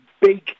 big